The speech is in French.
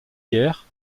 guerres